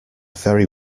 very